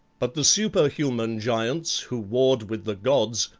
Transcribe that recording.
but the superhuman giants, who warred with the gods,